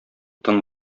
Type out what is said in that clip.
тын